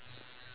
it